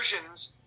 versions